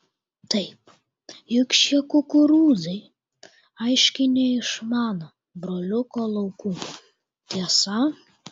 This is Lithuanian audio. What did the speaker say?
taip juk šie kukurūzai aiškiai ne iš mano broliuko laukų tiesa